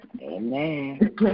Amen